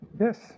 yes